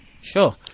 sure